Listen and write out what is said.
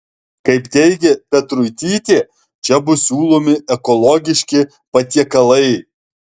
kaip teigė petruitytė čia bus siūlomi ekologiški patiekalai